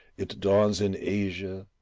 it dawns in asia,